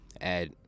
Add